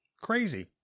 Crazy